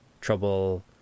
trouble